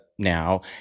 Now